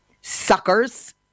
suckers